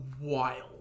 wild